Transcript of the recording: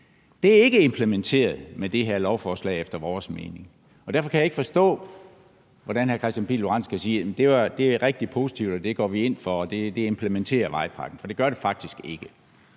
mening ikke implementeret med det her lovforslag, og derfor kan jeg ikke forstå, hvordan hr. Kristian Pihl Lorentzen kan sige: Det er rigtig positivt, det går vi ind for, og det implementerer vejpakken. For det gør det faktisk ikke.